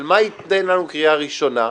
אבל מה תיתן לנו קריאה ראשונה?